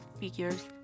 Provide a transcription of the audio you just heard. figures